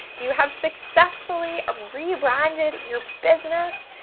you have successfully rebranded your business.